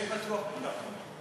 את זה בטוח מותר לומר.